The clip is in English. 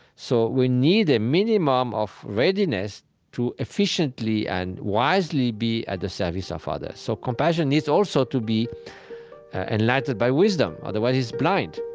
so we need a minimum of readiness to efficiently and wisely be at the service of others so compassion needs also to be enlightened by wisdom. otherwise, it's blind